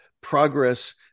progress